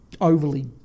overly